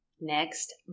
Next